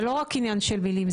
זה לא רק עניין של מילים,